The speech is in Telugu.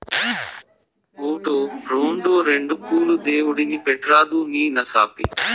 ఓటో, రోండో రెండు పూలు దేవుడిని పెట్రాదూ నీ నసాపి